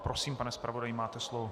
Prosím, pane zpravodaji, máte slovo.